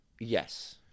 Yes